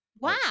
Wow